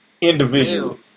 Individual